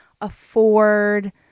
afford